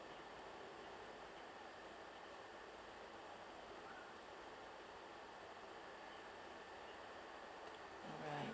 alright